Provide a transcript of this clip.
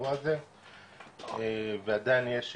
באירוע הזה ועדיין יש אשפוזים.